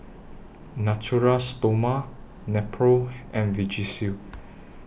Natura Stoma Nepro and Vagisil